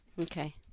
Okay